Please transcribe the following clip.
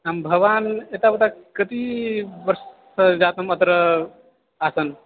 आं भवान् एतवता कति वर्षं जातं अत्र आसन्